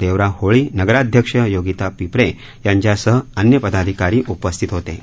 देवराव होळी नगराध्यक्ष योगीता पिपरे यांच्यासह अन्य पदाधिकारी उपस्थित होते